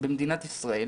במדינת ישראל